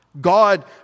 God